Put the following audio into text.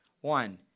One